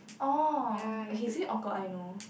oh okay it's very awkward I know